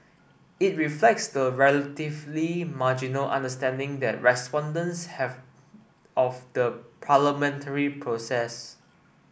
it reflects the relatively marginal understanding that respondents have of the parliamentary process